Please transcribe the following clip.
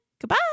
Goodbye